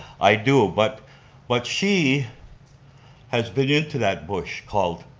i do, ah but but she has been into that bush called